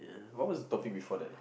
what was the topic before that ah